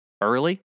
early